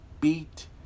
beat